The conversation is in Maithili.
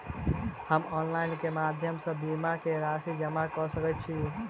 हम ऑनलाइन केँ माध्यम सँ बीमा केँ राशि जमा कऽ सकैत छी?